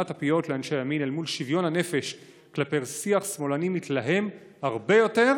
הפיות לאנשי הימין אל מול שוויון הנפש כלפי שיח שמאלני מתלהם הרבה יותר,